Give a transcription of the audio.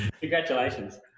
Congratulations